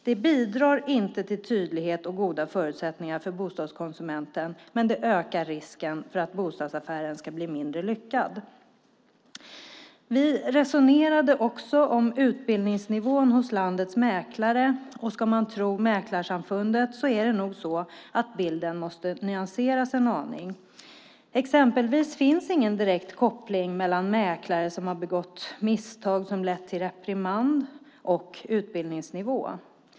Det bidrar inte till tydlighet och goda förutsättningar för bostadskonsumenten, men det ökar risken för att bostadsaffären ska bli mindre lyckad. Vi resonerade också om utbildningsnivån hos landets mäklare, och ska man tro Mäklarsamfundet måste bilden nyanseras en aning. Exempelvis finns det ingen direkt koppling mellan mäklare som har begått misstag som lett till reprimand och utbildningsnivå.